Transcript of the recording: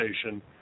station